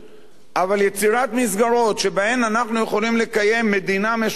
אבל יצירת מסגרות שבהן אנחנו יכולים לקיים מדינה משותפת,